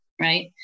right